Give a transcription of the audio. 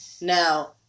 Now